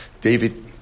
David